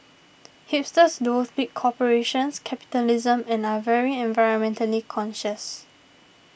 hipsters loath big corporations capitalism and are very environmentally conscious